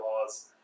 laws